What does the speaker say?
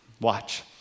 Watch